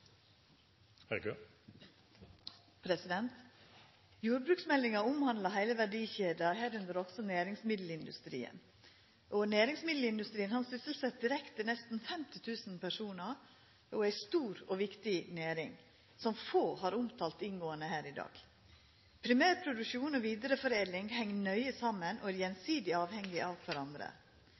ei stor og viktig næring som få har omtalt inngåande i dag. Primærproduksjon og vidareforedling heng nøye saman og er gjensidig avhengige av kvarandre.